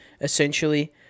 essentially